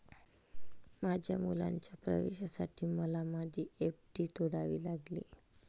माझ्या मुलाच्या प्रवेशासाठी मला माझी एफ.डी तोडावी लागली